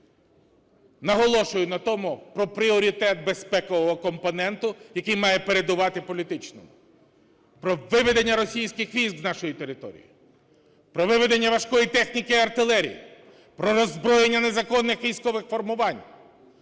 Наголошую на тому, про пріоритет безпекового компоненту, який має передувати політичному. Про виведення російських військ з нашої території. Про виведення важкої техніки і артилерії. Про роззброєння незаконних військових формувань.